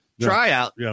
tryout